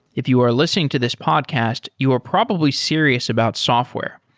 if you are listening to this podcast, you are probably serious about software.